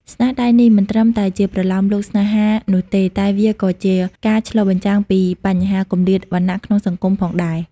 ស្នាដៃនេះមិនត្រឹមតែជាប្រលោមលោកស្នេហានោះទេ តែវាក៏ជាការឆ្លុះបញ្ចាំងពីបញ្ហាគម្លាតវណ្ណៈក្នុងសង្គមផងដែរ។